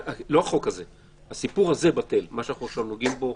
הסיפור הזה בטל, מה שאנחנו עכשיו נוגעים בו.